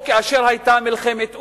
או כאשר היתה מלחמת עולם,